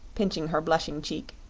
pinching her blushing cheek.